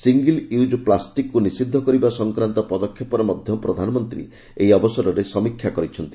single use ପ୍ଲାଷ୍ଟିକ୍କୁ ନିଷିଦ୍ଧ କରିବା ସଂକ୍ରାନ୍ତ ପଦକ୍ଷେପର ମଧ୍ୟ ପ୍ରଧାନମନ୍ତ୍ରୀ ଏହି ଅବସରରେ ସମୀକ୍ଷା କରିଛନ୍ତି